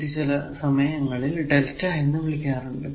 ഇത് ചില സമയങ്ങളിൽ Δ എന്ന് വിളിക്കാറുണ്ട്